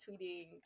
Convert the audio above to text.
tweeting